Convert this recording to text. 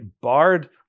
barred